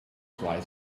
fly